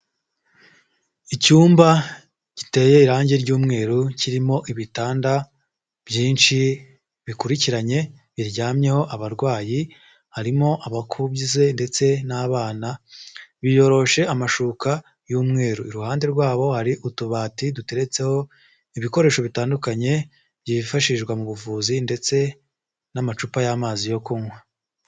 Icyumba giteye irangi ry'umweru, kirimo ibitanda byinshi bikurikiranye biryamyeho abarwayi, harimo abakuze ndetse n'abana, biyoroshe amashuka y'umweru, iruhande rwabo hari utubati duteretseho ibikoresho bitandukanye byifashishwa mu buvuzi ndetse n'amacupa y'amazi yo kunywa.